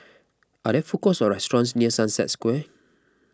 are there food courts or restaurants near Sunset Square